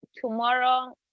tomorrow